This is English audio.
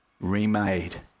remade